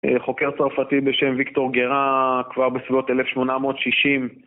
חוקר צרפתי בשם ויקטור גרה כבר בסביבות 1860